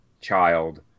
child